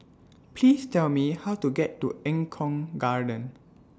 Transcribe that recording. Please Tell Me How to get to Eng Kong Garden